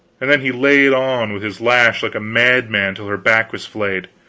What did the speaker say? and then he laid on with his lash like a madman till her back was flayed,